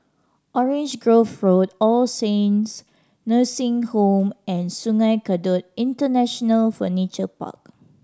Orange Grove Road All Saints Nursing Home and Sungei Kadut International Furniture Park